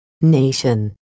Nation